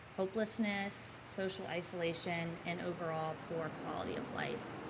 hopelessness, social isolation and overall poor quality of life.